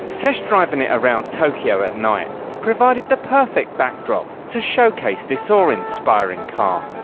test driving it around tokyo at night provided the perfect backdrop to showcase this awe-inspiring car.